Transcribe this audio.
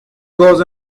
goes